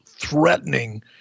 threatening